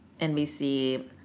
NBC